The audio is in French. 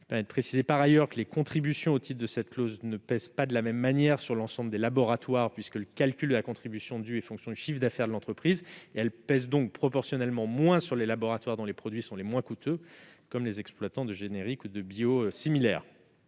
sauvegarde. Je précise par ailleurs que les contributions au titre de cette clause ne pèsent pas de la même manière sur l'ensemble des laboratoires, puisque le calcul de la contribution due est fonction du chiffre d'affaires de l'entreprise. Elles pèsent donc proportionnellement moins sur les laboratoires dont les produits sont les moins coûteux, comme les exploitants de génériques ou de biosimilaires.